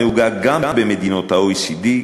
הנהוגה גם במדינות ה-OECD,